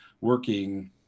working